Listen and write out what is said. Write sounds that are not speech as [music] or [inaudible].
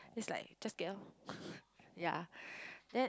it's like just get orh [laughs] yeah then